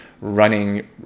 running